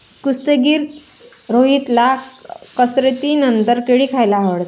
कुस्तीगीर रोहितला कसरतीनंतर केळी खायला आवडतात